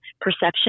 perception